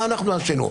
מה אנחנו עשינו?